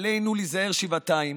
עלינו להיזהר שבעתיים.